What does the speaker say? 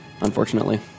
unfortunately